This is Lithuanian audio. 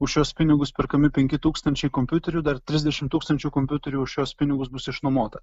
už šiuos pinigus perkami penki tūkstančiai kompiuterių dar trisdešimt tūkstančių kompiuterių už šiuos pinigus bus išnuomota